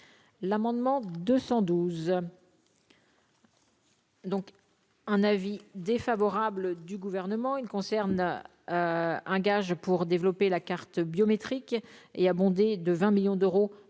l'amendement 212. Donc un avis défavorable du gouvernement, il concerne un gage. Pour développer la carte biométrique et abondé de 20 millions d'euros,